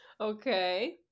Okay